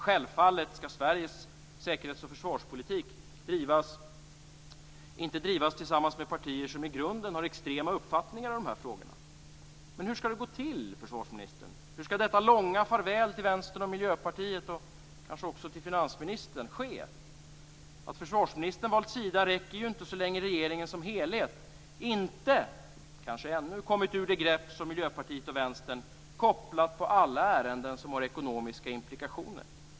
Självfallet skall inte Sveriges säkerhets och försvarspolitik drivas tillsammans med partier som i grunden har extrema uppfattningar i frågan. Men hur skall detta gå till, försvarsministern? Hur skall detta långa farväl till Vänstern och Miljöpartiet - och kanske också till finansministern - ske? Att försvarsministern valt sida räcker ju inte så länge regeringen som helhet inte kommit ur det grepp som Miljöpartiet och Vänstern kopplat på alla ärenden som har ekonomiska implikationer.